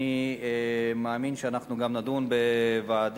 אני מאמין שאנחנו גם נדון בוועדה,